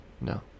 No